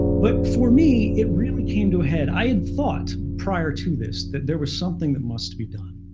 but for me, it really came to a head. i had thought prior to this that there was something that must be done.